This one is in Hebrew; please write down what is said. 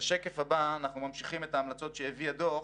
בשקף הבא אנחנו ממשיכים את ההמלצות שהביא הדוח,